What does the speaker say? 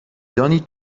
دانید